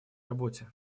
работе